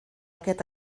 aquest